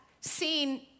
seen